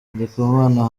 ndikumana